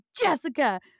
Jessica